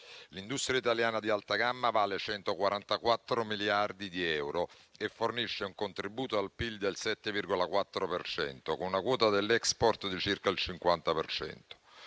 L'industria italiana di alta gamma vale 144 miliardi di euro e fornisce un contributo al PIL del 7,4 per cento, con una quota dell'*export* di circa il 50